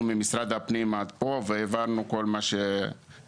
ממשרד הפנים עד כה והעברנו כל מה שנדרשנו.